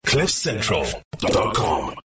CliffCentral.com